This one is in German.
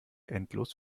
endlos